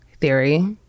theory